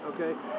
Okay